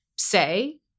say